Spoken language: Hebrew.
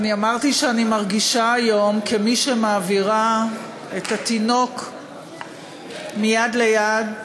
אני אמרתי שאני מרגישה היום כמי שמעבירה את התינוק מיד ליד.